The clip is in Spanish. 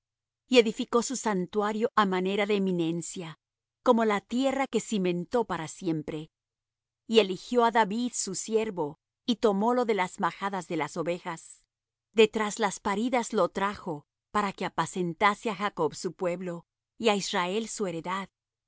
y edificó su santuario á manera de eminencia como la tierra que cimentó para siempre y eligió á david su siervo y tomólo de las majadas de las ovejas de tras las paridas lo trajo para que apacentase á jacob su pueblo y á israel su heredad